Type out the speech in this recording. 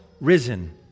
risen